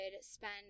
spend